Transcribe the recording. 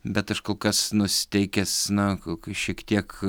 bet aš kol kas nusiteikęs na k k šiek tiek